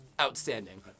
outstanding